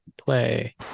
play